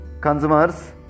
consumers